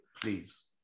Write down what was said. please